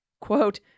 Quote